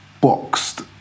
boxed